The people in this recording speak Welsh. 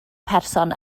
person